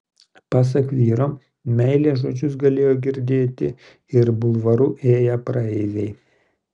pasak vyro meilės žodžius galėjo girdėti ir bulvaru ėję praeiviai